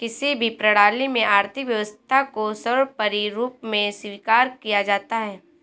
किसी भी प्रणाली में आर्थिक व्यवस्था को सर्वोपरी रूप में स्वीकार किया जाता है